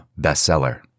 bestseller